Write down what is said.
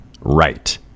right